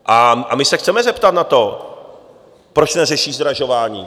A my se chceme zeptat na to, proč neřeší zdražování.